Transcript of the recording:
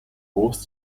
post